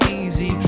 easy